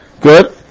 good